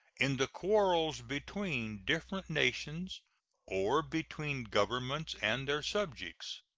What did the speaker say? in the quarrels between different nations or between governments and their subjects.